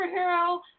Superhero